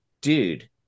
dude